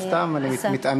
אני סתם מתעניין.